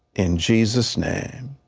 in jesus' name,